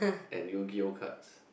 and Yugioh cards